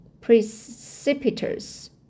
precipitous